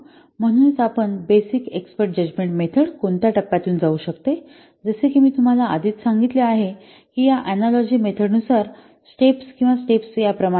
म्हणूनच आपण पाहूया बेसिक एक्स्पर्ट जजमेंट मेथड कोणत्या टप्प्यांतून जाऊ शकते जसे की मी तुम्हाला आधीच सांगितले आहे की या अनालॉजि मेथड नुसार स्टेप्स किंवा स्टेप्स या प्रमाणे आहेत